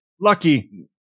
Lucky